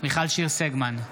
מיכל שיר סגמן,